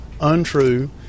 untrue